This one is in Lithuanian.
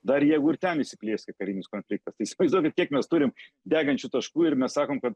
dar jeigu ir ten įsiplieskia karinis konfliktas tai įsivaizduokit kiek mes turim degančių taškų ir mes sakom kad